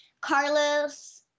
Carlos